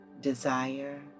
desire